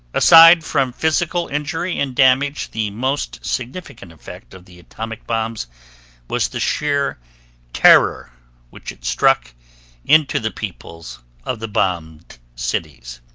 aside from physical injury and damage, the most significant effect of the atomic bombs was the sheer terror which it struck into the peoples of the bombed cities.